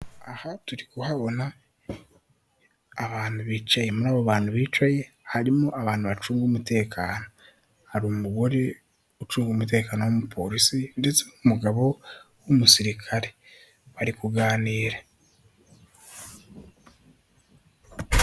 Aha turi kuhabona abantu bicaye, muri abo bantu bicaye harimo abantu bacunga umutekano. Hari umugore ucunga umutekano w'umupolisi ndetse n'umugabo w'umusirikare, bari kuganira.